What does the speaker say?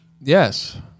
Yes